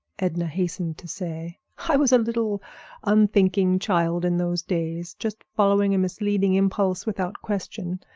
edna hastened to say. i was a little unthinking child in those days, just following a misleading impulse without question.